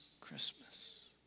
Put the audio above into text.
Christmas